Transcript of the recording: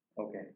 Okay